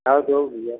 लाओ दो भैया